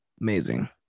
amazing